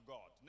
God